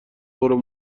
برو